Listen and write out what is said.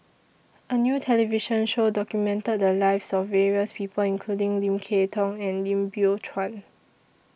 A New television Show documented The Lives of various People including Lim Kay Tong and Lim Biow Chuan